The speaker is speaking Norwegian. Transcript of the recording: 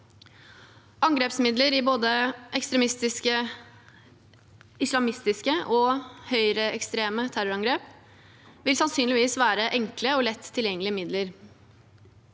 Angrepsmidler i både ekstreme islamistiske og høyreekstreme terrorangrep vil sannsynligvis være enkle og lett tilgjengelige midler.